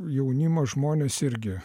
jaunimas žmonės irgi